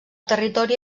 territori